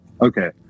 Okay